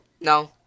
No